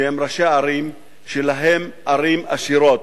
שהם ראשי ערים של ערים עשירות.